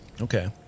okay